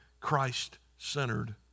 Christ-centered